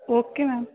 okay ma'am